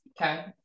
okay